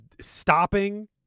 Stopping